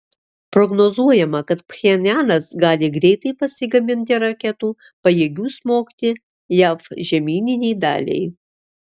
prognozuojama kad pchenjanas gali greitai pasigaminti raketų pajėgių smogti jav žemyninei daliai